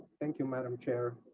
thank you, madam chair.